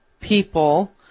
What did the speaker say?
people